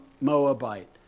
Moabite